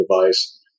device